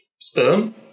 sperm